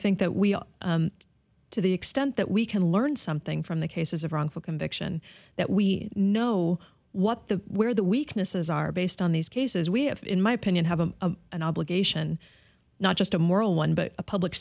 think that we are to the extent that we can learn something from the cases of wrongful conviction that we know what the where the weaknesses are based on these cases we have in my opinion have a an obligation not just a moral one but a public